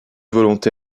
volonté